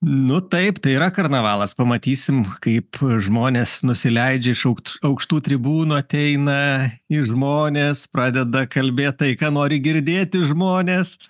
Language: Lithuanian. nu taip tai yra karnavalas pamatysim kaip žmonės nusileidžia iš aukt aukštų tribūnų ateina į žmones pradeda kalbėt tai ką nori girdėti žmonės